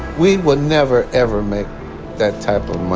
we will never, ever make that type of